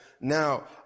now